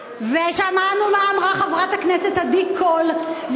ושמענו מה אמרה חברת הכנסת עדי קול.